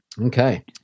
Okay